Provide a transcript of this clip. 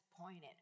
pointed